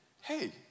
Hey